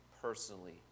personally